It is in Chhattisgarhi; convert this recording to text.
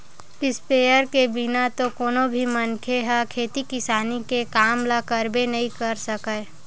इस्पेयर के बिना तो कोनो भी मनखे ह खेती किसानी के काम ल करबे नइ कर सकय